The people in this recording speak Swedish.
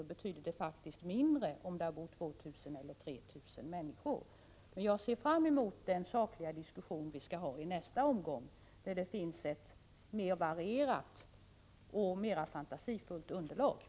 Det betyder mindre om där bor 2 000 eller 3 000 människor. Jag ser fram emot den sakliga diskussion vi får i nästa omgång, när det finns ett mer varierat och mer fantasifullt underlag.